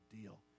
deal